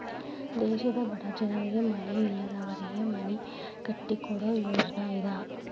ದೇಶದ ಬಡ ಜನರಿಗೆ ಮನಿ ಇಲ್ಲದವರಿಗೆ ಮನಿ ಕಟ್ಟಿಕೊಡು ಯೋಜ್ನಾ ಇದ